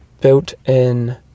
built-in